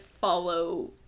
follow